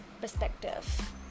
perspective